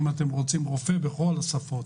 אמרנו: אם אתם רוצים רופא, שיהיה בכל השפות,